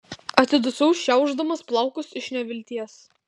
atsidusau šiaušdamas plaukus iš nevilties